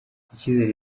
icyizere